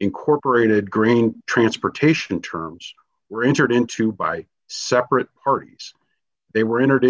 incorporated green transportation terms were entered into by separate parties they were entered